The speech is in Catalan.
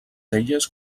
elles